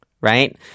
right